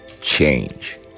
change